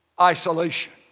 isolation